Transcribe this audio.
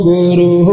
Guru